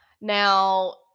Now